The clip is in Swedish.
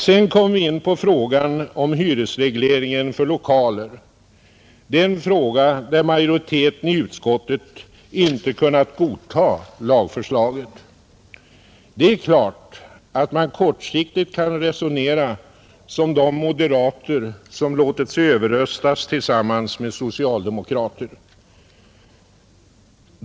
Sedan kommer vi in på frågan om hyresregleringen för lokaler, den fråga där majoriteten i utskottet inte kunnat godta lagförslaget. Det är klart att man kortsiktigt kan resonera som de moderater som låtit sig överröstas tillsammans med socialdemokrater.